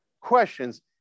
questions